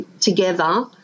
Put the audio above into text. together